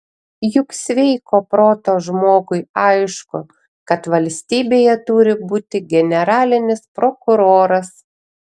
juk sveiko proto žmogui aišku kad valstybėje turi būti generalinis prokuroras